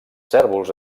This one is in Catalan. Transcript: cérvols